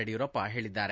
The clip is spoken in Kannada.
ಯಡಿಯೂರಪ್ಪ ಹೇಳಿದ್ದಾರೆ